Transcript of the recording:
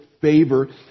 favor